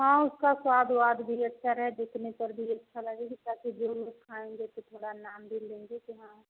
हाँ उसका स्वाद वाद भी अच्छा रहे दिखने पर भी अच्छा लगे कि ताकि जो लोग खाएँगे तो थोड़ा नाम भी लेंगे कि हाँ